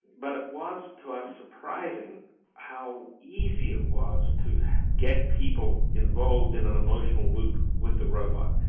but it was to us surprising how easy it was to get people involved in an emotional loop with the robot.